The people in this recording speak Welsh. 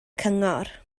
cyngor